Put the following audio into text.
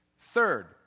Third